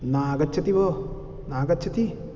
नागच्छति भोः नागच्छति